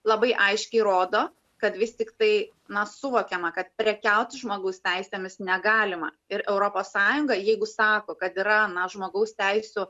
labai aiškiai rodo kad vis tiktai na suvokiama kad prekiauti žmogaus teisėmis negalima ir europos sąjungą jeigu sako kad yra na žmogaus teisių